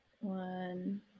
One